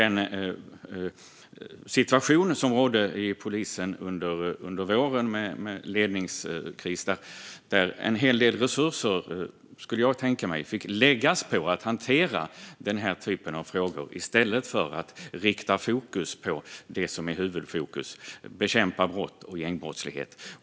Den ledningskris som rådde inom polisen under vintern kan jag tänka mig ledde till att en hel del resurser fick läggas på att hantera den typen av frågor i stället för på det som ska vara huvudfokuset: att bekämpa brott och gängbrottslighet.